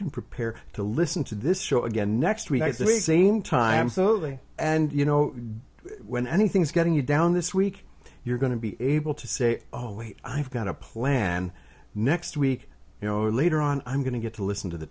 can prepare to listen to this show again next week it's the same time certainly and you know when anything is getting you down this week you're going to be able to say oh i've got a plan next week you know later on i'm going to get to listen to the